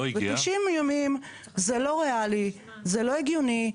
90 ימים זה לא ריאלי ולא הגיוני.